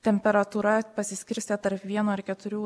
temperatūra pasiskirstė tarp vieno ir keturių